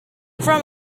from